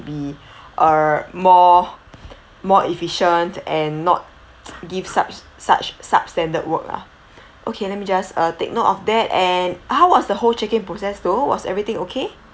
be err more more efficient and not give such such substandard work lah okay let me just uh take note of that and how was the whole check-in process though was everything okay